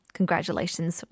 Congratulations